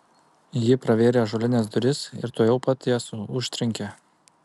ji pravėrė ąžuolines duris ir tuojau pat jas užtrenkė